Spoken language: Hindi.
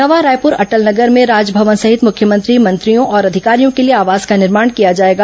नवा रायपुर अटल नगर में राजभवन सहित मुख्यमंत्री मंत्रियों और अधिकारियों के लिए आवास का निर्माण किया जाएगा